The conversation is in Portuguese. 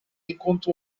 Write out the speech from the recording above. enquanto